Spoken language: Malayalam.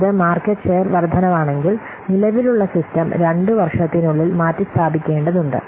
ഇത് മാർക്കറ്റ് ഷെയർ വർദ്ധനവാണെങ്കിൽ നിലവിലുള്ള സിസ്റ്റം രണ്ട് വർഷത്തിനുള്ളിൽ മാറ്റിസ്ഥാപിക്കേണ്ടതുണ്ട്